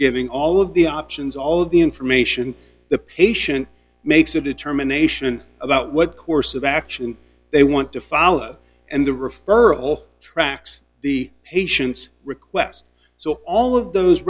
giving all of the options all of the information the patient makes a determination about what course of action they want to follow and the referral tracks the patient's request so all of those